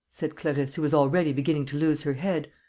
said clarisse, who was already beginning to lose her head,